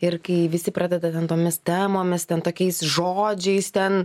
ir kai visi pradeda ten tomis ten tokiais žodžiais ten